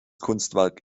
kunstwerk